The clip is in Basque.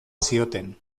zioten